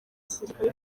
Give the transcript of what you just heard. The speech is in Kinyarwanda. gisirikare